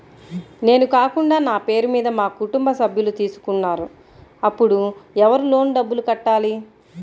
నేను కాకుండా నా పేరు మీద మా కుటుంబ సభ్యులు తీసుకున్నారు అప్పుడు ఎవరు లోన్ డబ్బులు కట్టాలి?